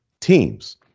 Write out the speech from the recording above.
Teams